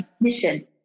mission